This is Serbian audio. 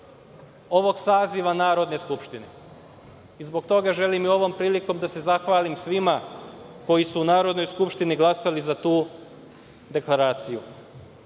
ovog saziva Narodne skupštine. Zbog toga želim ovom prilikom da se zahvalim svima koji su u Narodnoj skupštini glasali za tu Deklaraciju. Isto